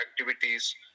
activities